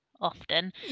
often